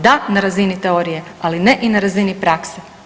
Da na razini teorije, ali ne i na razini prakse.